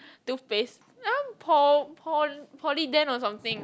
toothpaste Polident or something